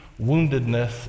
woundedness